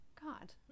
god